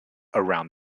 around